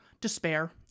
despair